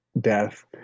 death